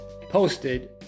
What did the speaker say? posted